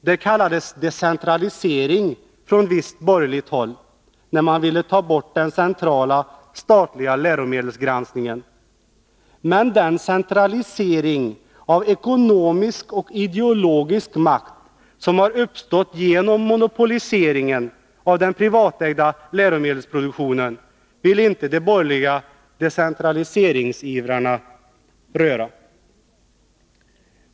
Det kallades decentralisering, från visst borgerligt håll, när man ville ta bort den centrala, statliga läromedelsgranskningen. Men den centralisering av ekonomisk och ideologisk makt som har uppstått genom monopoliseringen av den privatägda läromedelsproduktionen vill inte de borgerliga decentraliseringsivrarna röra.